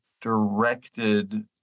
directed